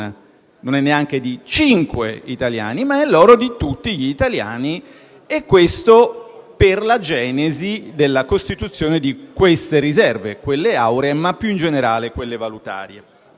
non è neanche di cinque italiani, ma è l'oro di tutti gli italiani e questo per la genesi della costituzione di queste riserve, quelle auree e più in generale quelle valutarie.